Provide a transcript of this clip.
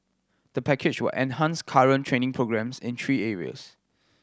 the package will enhance current training programmes in three areas